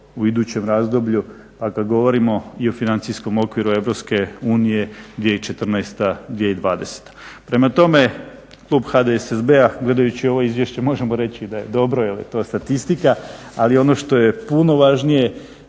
i idućem razdoblju a kad govorimo i o financijskom okviru EU 2014.-2020. Prema tome Klub HDSSB-a gledajući ovo izvješće možemo reći da je dobro jer je to statistika ali ono što je puno važnije,